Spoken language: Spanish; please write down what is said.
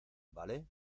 vale